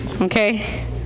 Okay